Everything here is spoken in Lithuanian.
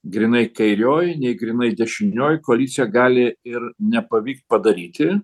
grynai kairioji nei grynai dešinioji koalicija gali ir nepavykt padaryti